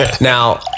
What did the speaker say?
Now